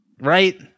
Right